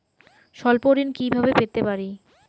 স্বল্প ঋণ কিভাবে পেতে পারি?